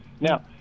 Now